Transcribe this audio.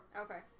Okay